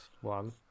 one